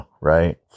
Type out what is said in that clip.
right